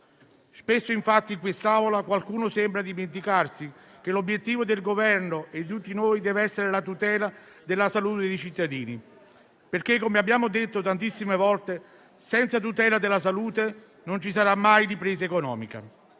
Spesso, infatti, in quest'Aula qualcuno sembra dimenticare che l'obiettivo del Governo e di tutti noi deve essere la tutela della salute dei cittadini perché, come abbiamo detto tantissime volte, senza la tutela della salute non ci sarà mai ripresa economica.